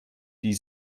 die